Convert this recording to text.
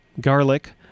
garlic